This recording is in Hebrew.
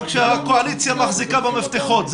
רק שהקואליציה מחזיקה במפתחות,